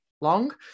long